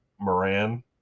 Moran